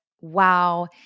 wow